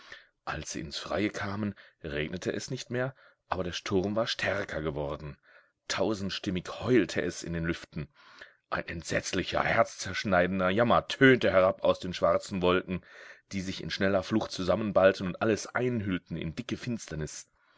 als sie ins freie kamen regnete es nicht mehr aber der sturm war stärker geworden tausendstimmig heulte es in den lüften ein entsetzlicher herzzerschneidender jammer tönte herab aus den schwarzen wolken die sich in schneller flucht zusammenballten und alles einhüllten in dicke finsternis